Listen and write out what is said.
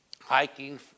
hiking